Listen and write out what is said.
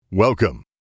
Welcome